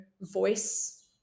voice